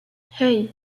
hey